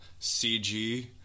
CG